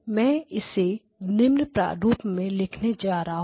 मैं इसे निम्न प्रारूप में लिखने जा रहा हूं